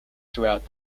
throughout